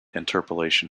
interpolation